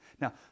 Now